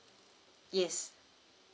yes